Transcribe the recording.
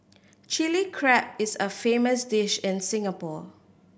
Chilli Crab is a famous dish in Singapore